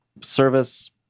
service